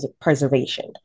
preservation